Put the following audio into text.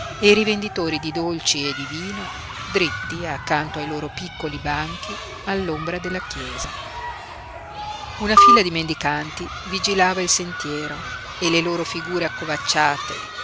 i rivenditori di dolci e di vino dritti accanto ai loro piccoli banchi all'ombra della chiesa una fila di mendicanti vigilava il sentiero e le loro figure accovacciate